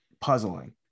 puzzling